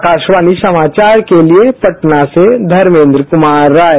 आकाशवाणी समाचार के लिए पटना से धर्मेन्द्र क्मार राय